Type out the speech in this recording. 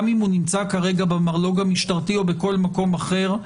גם אם הוא נמצא כרגע במרלו"ג המשטרתי או בכל מקום אחר,